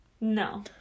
No